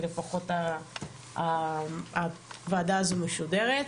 כי לפחות הוועדה הזו משודרת.